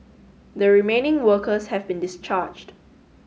the remaining workers have been discharged